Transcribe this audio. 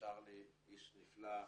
צ'רלי סלומון, איש נפלא.